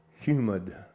Humid